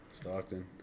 Stockton